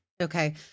Okay